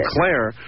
Claire